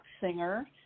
singer